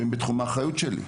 שהן בתחום האחריות שלי.